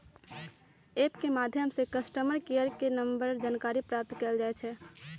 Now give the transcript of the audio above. app के माध्यम से कस्टमर केयर नंबर के जानकारी प्रदान कएल जाइ छइ